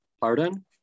Pardon